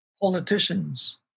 politicians